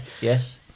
yes